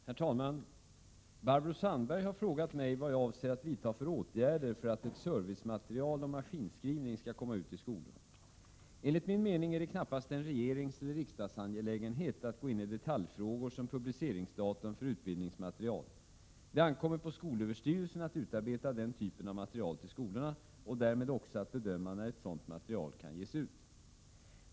Herr talman! Barbro Sandberg har frågat mig vad jag avser att vidta för åtgärder för att ett servicematerial om maskinskrivning skall komma ut till skolorna. Enligt min mening är det knappast en regeringseller riksdagsangelägenhet att gå in i detaljfrågor som publiceringsdatum för utbildningsmaterial. Det ankommer på skolöverstyrelsen att utarbeta denna typ av material till skolorna och därmed också att bedöma när ett sådant material kan ges ut.